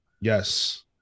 Yes